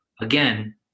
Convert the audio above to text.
again